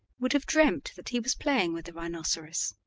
would have dreamt that he was playing with the rhinoceros.